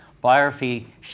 biography